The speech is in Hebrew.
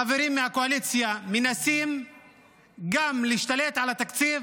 חברים מהקואליציה מנסים גם להשתלט על התקציב